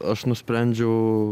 aš nusprendžiau